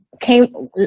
came